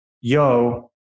Yo